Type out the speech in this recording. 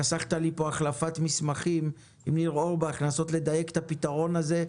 חסכת לי פה החלפת מסמכים עם ניר אורבך כדי לנסות לדייק את הפתרון הזה.